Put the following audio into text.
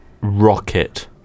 Rocket